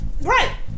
Right